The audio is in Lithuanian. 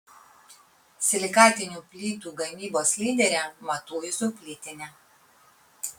silikatinių plytų gamybos lyderė matuizų plytinė